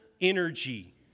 energy